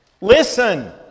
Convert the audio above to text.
Listen